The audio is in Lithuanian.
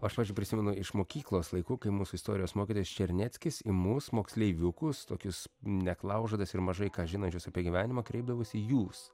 aš prisimenu iš mokyklos laikų kai mūsų istorijos mokytojas černeckis į mus moksleiviukus tokius neklaužadas ir mažai ką žinančius apie gyvenimą kreipdavosi jūs